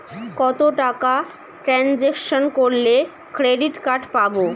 কত টাকা ট্রানজেকশন করলে ক্রেডিট কার্ড পাবো?